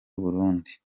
y’uburundi